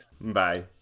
Bye